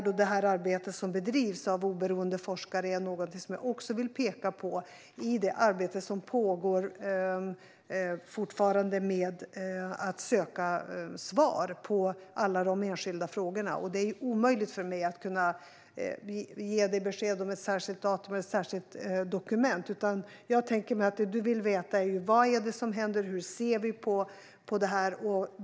Det arbete som bedrivs av oberoende forskare är även det någonting som jag vill peka på när det gäller att söka svar på alla de enskilda frågorna, ett arbete som fortfarande pågår. Det är omöjligt för mig att ge Mikael Oscarsson besked om ett särskilt datum eller ett särskilt dokument, utan jag tänker mig att det Mikael Oscarsson vill veta är vad som händer och hur vi ser på det här.